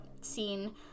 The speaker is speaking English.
scene